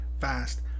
fast